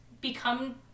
become